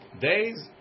days